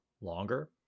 longer